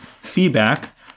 feedback